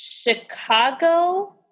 Chicago